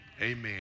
Amen